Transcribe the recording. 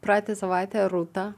praeitą savaitę rūta